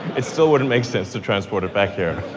it still wouldn't make sense to transport it back here.